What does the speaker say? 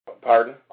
Pardon